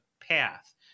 path